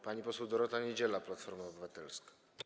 Pani poseł Dorota Niedziela, Platforma Obywatelska.